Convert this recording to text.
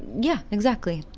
yeah, exactly.